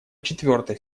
четвертой